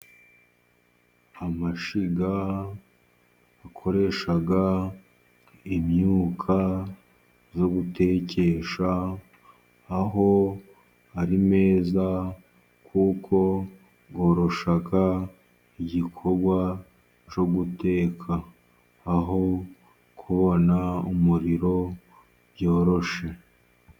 Amashyiga akoresha imyuka yo gutekesha, aho ari meza kuko yoroshya igikorwa cyo guteka, aho kubona umuriro byoshye.